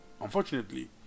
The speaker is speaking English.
Unfortunately